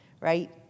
right